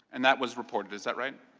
and that was reported, is that right?